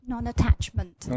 Non-attachment